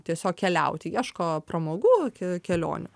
tiesiog keliauti ieško pramogų k kelionių